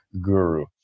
Guru